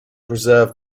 preserve